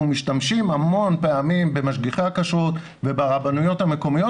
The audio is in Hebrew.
משתמשים המון פעמים במשגיחי הכשרות וברבנויות המקומיות